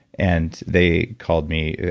and they called me,